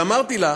ואמרתי לה: